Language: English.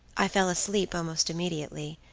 i fell asleep almost immediately,